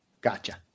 Gotcha